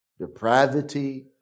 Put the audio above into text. depravity